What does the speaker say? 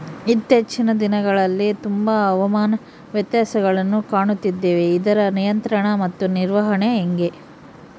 ಇತ್ತೇಚಿನ ದಿನಗಳಲ್ಲಿ ತುಂಬಾ ಹವಾಮಾನ ವ್ಯತ್ಯಾಸಗಳನ್ನು ಕಾಣುತ್ತಿದ್ದೇವೆ ಇದರ ನಿಯಂತ್ರಣ ಮತ್ತು ನಿರ್ವಹಣೆ ಹೆಂಗೆ?